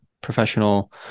professional